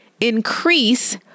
increase